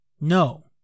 No